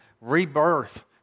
rebirth